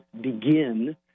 begin